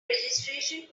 registration